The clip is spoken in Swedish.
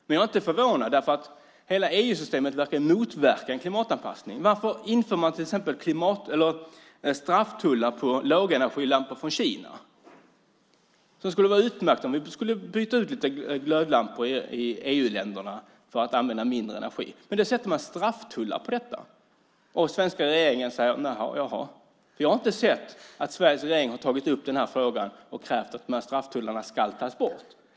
Men jag är inte förvånad, därför att hela EU-systemet verkar motverka en klimatanpassning. Varför inför man till exempel strafftullar på lågenergilampor från Kina? Det skulle vara utmärkt om vi skulle byta ut lite glödlampor i EU-länderna för att använda mindre energi. Men man sätter strafftullar på det hela. Och svenska regeringen säger: Jaha. Jag har inte sett att Sveriges regering har tagit upp den här frågan och krävt att dessa strafftullar ska tas bort.